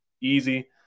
easy